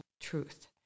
truth